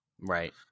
Right